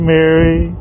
Mary